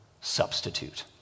substitute